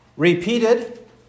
repeated